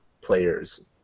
players